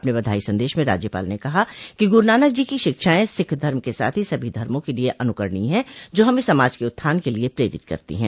अपने बधाई संदेश में राज्यपाल ने कहा है कि गुरू नानक जी की शिक्षाएं सिख धर्म के साथ ही सभी धर्मों के लिए अनुकरणीय हैं जो हमें समाज के उत्थान के लिए प्रेरित करती हैं